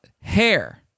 hair